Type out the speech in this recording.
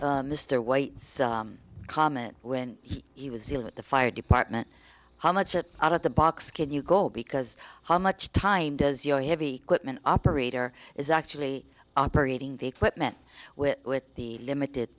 use mr white's comment when he was still with the fire department how much out of the box can you go because how much time does your heavy equipment operator is actually operating the equipment with the limited